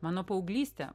mano paauglystė